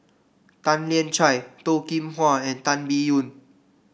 Tan Lian Chye Toh Kim Hwa and Tan Biyun